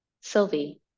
Sylvie